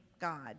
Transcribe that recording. God